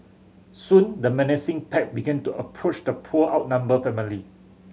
soon the menacing pack began to approach the poor outnumbered family